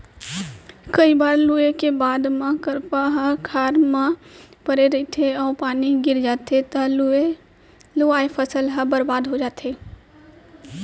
कइ बार लूए के बाद म करपा ह खार म परे रहिथे अउ पानी गिर जाथे तव लुवे लुवाए फसल ह बरबाद हो जाथे